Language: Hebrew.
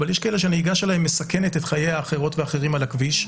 אבל יש כאלה שהנסיעה שלהם מסכנת את חיי האחרות והאחרים על הכביש,